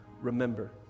remember